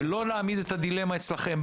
שלא להעמיד את הדילמה אצלכם.